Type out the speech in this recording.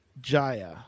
Jaya